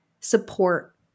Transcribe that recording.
support